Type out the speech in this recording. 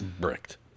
Bricked